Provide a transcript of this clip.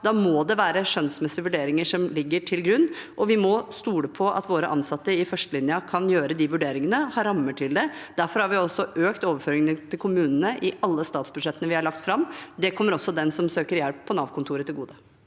Da må det være skjønnsmessige vurderinger som ligger til grunn, og vi må stole på at våre an satte i førstelinja kan gjøre de vurderingene, at de har rammer til det. Derfor har vi også økt overføringene til kommunene i alle statsbudsjettene vi har lagt fram. Det kommer også den som søker hjelp på Nav-kontoret, til gode.